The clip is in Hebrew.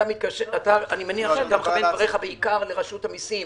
אני מניח שאתה מכוון דבריך בעיקר לרשות המסים